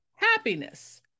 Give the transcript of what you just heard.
happiness